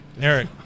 Eric